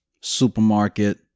supermarket